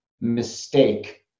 mistake